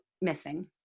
missing